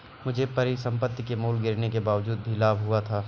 मुझे परिसंपत्ति के मूल्य गिरने के बावजूद भी लाभ हुआ था